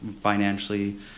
financially